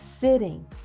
sitting